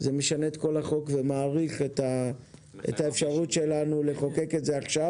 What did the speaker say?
זה משנה את כל החוק ומאריך את האפשרות שלנו לחוקק את זה עכשיו,